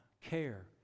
care